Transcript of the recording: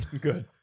Good